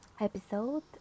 episode